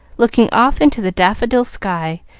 looking off into the daffodil sky,